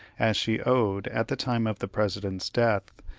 as she owed, at the time of the president's death,